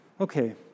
Okay